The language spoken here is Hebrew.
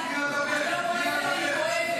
תני לה לדבר.